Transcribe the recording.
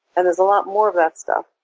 and is a lot more of that stuff,